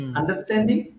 understanding